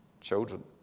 children